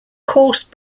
coarse